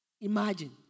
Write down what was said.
Imagine